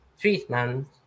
treatment